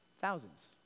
Thousands